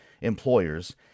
employers